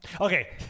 Okay